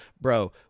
bro